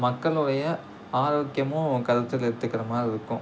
மக்களுடைய ஆரோக்கியமும் கருத்தில் எடுத்துக்கிற மாதிரி இருக்கும்